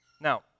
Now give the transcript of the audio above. Now